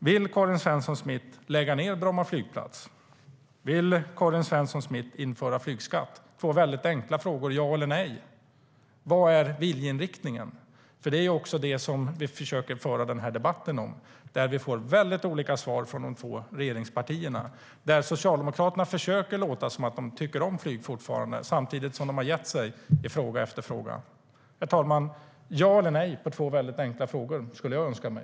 Vill Karin Svensson Smith lägga ned Bromma flygplats? Vill Karin Svensson Smith införa flygskatt? Det är två enkla frågor. Ja eller nej. Vad är viljeinriktningen? Det är dessa frågor vi försöker föra debatten om. Vi får olika svar från de två regeringspartierna. Socialdemokraterna försöker låta som att de fortfarande tycker om flyg samtidigt som de har gett sig i fråga efter fråga. Herr talman! Ja eller nej på två enkla frågor, skulle jag önska mig.